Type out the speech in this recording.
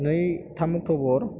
नै थाम अक्ट'बर